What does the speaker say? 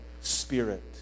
spirit